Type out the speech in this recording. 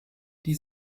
die